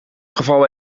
geval